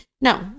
no